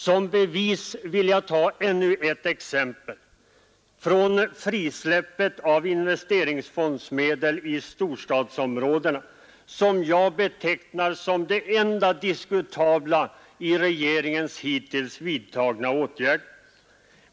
Som bevis vill jag ta ännu ett exempel: frisläppet av investeringsfondsmedel i storstadsområdena, som jag betecknar som det enda diskutabla i regeringens hittills vidtagna åtgärder.